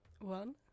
One